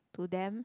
to them